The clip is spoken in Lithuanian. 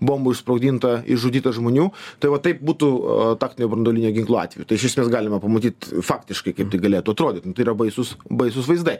bombų išsprogdinta išžudyta žmonių tai va taip būtų taktinio branduolinio ginklo atveju tai iš esmės galima pamatyt faktiškai kaip tai galėtų atrodyt nu tai yra baisūs baisūs vaizdai